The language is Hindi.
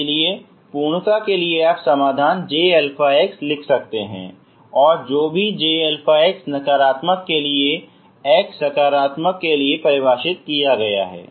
इसलिए पूर्णता के लिए आप समाधान Jα लिख सकते हैं और जो भी Jα नकारात्मक के लिए x सकारात्मक के लिए परिभाषित किया गया है